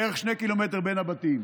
בערך 2 קילומטר בין הבתים.